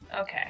Okay